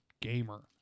gamer